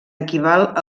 equival